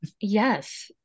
Yes